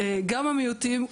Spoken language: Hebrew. גם המיעוטים,